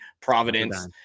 providence